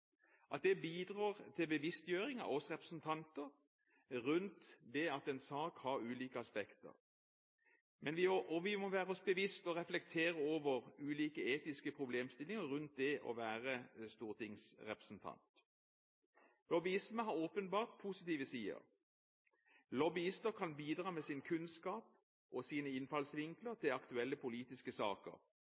det bidrar til bevisstgjøring av oss representanter rundt det at en sak har ulike aspekter. Vi må være oss bevisst og reflektere over ulike etiske problemstillinger rundt det å være stortingsrepresentant. Lobbyisme har åpenbart positive sider. Lobbyister kan bidra med sin kunnskap og sine innfallsvinkler til aktuelle politiske saker.